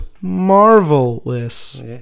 marvelous